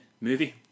movie